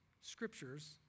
scriptures